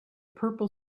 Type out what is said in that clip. purple